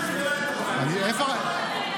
אתה יכול להסביר לי איך אתה משתף פעולה עם לזימי?